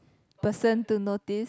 person to notice